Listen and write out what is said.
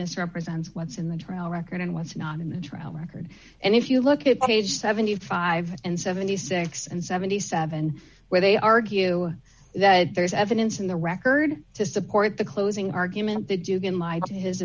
misrepresents what's in the trial record and what's not in the trial record and if you look at page seventy five and seventy six and seventy seven where they argue that there's evidence in the record to support the closing argument that you can lie to his